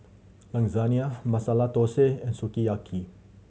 Lasagne Masala Dosa and Sukiyaki